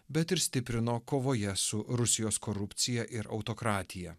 bet ir stiprino kovoje su rusijos korupcija ir autokratija